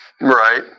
Right